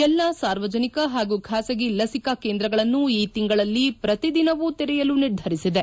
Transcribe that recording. ಎಲ್ಲಾ ಸಾರ್ವಜನಿಕ ಹಾಗೂ ಖಾಸಗಿ ಲಸಿಕಾ ಕೇಂದ್ರಗಳನ್ನು ಈ ತಿಂಗಳಲ್ಲಿ ಪ್ರತಿ ದಿನವೂ ತೆರೆಯಲು ನಿರ್ಧರಿಸಿದೆ